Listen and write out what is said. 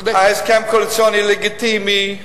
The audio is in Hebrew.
ההסכם הקואליציוני לגיטימי,